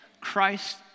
Christ